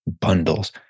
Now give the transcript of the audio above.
bundles